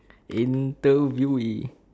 interviewee